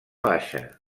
baixa